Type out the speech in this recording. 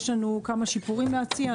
יש לנו כמה שיפורים להציע,